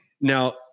Now